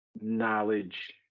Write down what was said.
knowledge